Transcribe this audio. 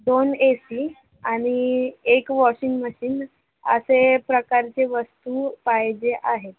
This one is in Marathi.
दोन ए सी आणि एक वॉशिंग मशीन असे प्रकारचे वस्तू पाहिजे आहेत